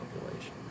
population